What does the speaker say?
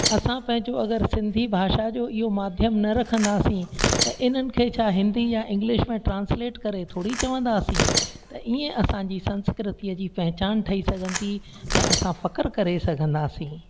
असां पंहिंजो अगरि सिंधी भाषा जो इहो माध्यम न रखंदासीं त इन्हनि खे छा हिंदी या इंग्लीश में ट्रांस्लेट करे थोरी चवंदासीं त इयं असांजी संस्कृतीअ जी पहिचान ठही सघंदी ऐं असां फ़ख़्रु करे सघंदासीं